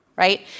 Right